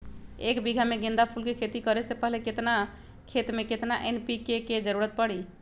एक बीघा में गेंदा फूल के खेती करे से पहले केतना खेत में केतना एन.पी.के के जरूरत परी?